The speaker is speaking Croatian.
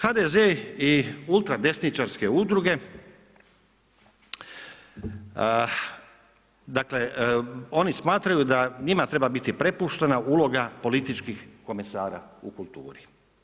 HDZ i ultradesničarske udruge, oni smatraju da njima treba biti prepuštena uloga političkih komesara u kulturi.